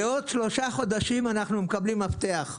בעוד שלושה חודשים אנחנו מקבלים מפתח.